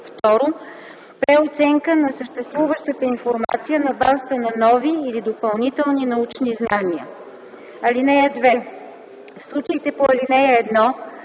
или 2. преоценка на съществуваща информация на базата на нови или допълнителни научни знания. (2) В случаите по ал. 1